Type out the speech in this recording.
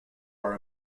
are